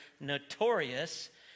notorious